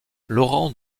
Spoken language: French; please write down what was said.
laurent